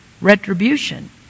retribution